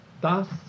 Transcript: Thus